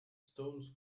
stones